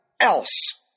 else